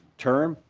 term?